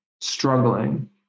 struggling